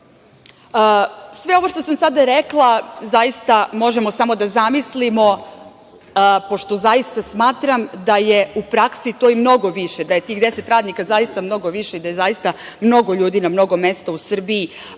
ovo što sam sada rekla, možemo samo da zamislimo, pošto zaista smatram da je u praksi to i mnogo više, da je tih 10 radnika zaista mnogo više i da je zaista mnogo ljudi na mnogo mesta u Srbiji